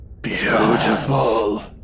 Beautiful